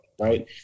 right